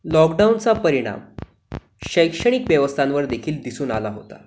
लॉकडाउनचा परिणाम शैक्षणिक व्यवस्थांवर देखील दिसून आला होता